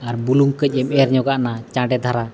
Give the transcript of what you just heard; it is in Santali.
ᱟᱨ ᱵᱩᱞᱩᱝ ᱠᱟᱹᱡᱮᱢ ᱮᱨ ᱧᱚᱜᱟᱜᱼᱟ ᱪᱟᱬᱮ ᱫᱷᱟᱨᱟ